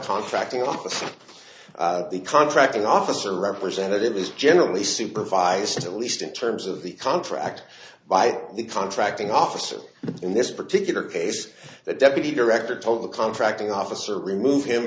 contracting officer the contracting officer representative is generally supervised at least in terms of the contract by the contracting officer in this particular case the deputy director told the contracting officer remove him